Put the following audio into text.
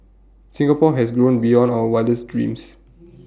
Singapore has grown beyond our wildest dreams